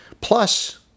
Plus